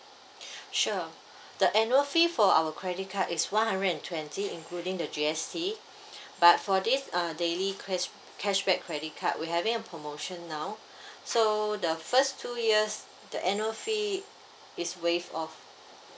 sure the annual fee for our credit card is one hundred and twenty including the G_S_T but for this uh daily cash cashback credit card we having a promotion now so the first two years the annual fee is waived off